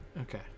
Okay